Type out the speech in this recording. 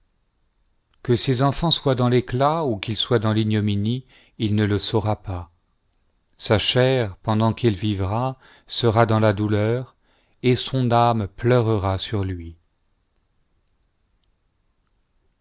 que ses enfants soient dans l'éclat ou qu'ils soient dans l'ignominie il ne le saura pas sa chair pendant qu'il vivra sera dans la douleur et son âme pleurera sur lui